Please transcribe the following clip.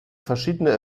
verschiedene